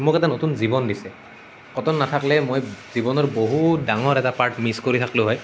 মোক এটা নতুন জীৱন দিছে কটন নেথাকিলে মই জীৱনৰ বহুত ডাঙৰ এটা পাৰ্ট মিছ কৰি থাকিলোঁ হয়